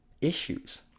issues